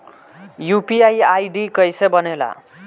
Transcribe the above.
UPI ID कैसे बनेला?